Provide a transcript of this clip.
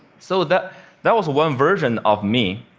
so that that was one version of me,